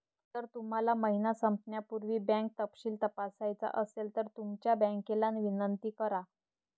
जर तुम्हाला महिना संपण्यापूर्वी बँक तपशील तपासायचा असेल तर तुमच्या बँकेला विनंती करा